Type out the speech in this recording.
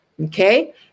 okay